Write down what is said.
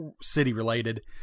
city-related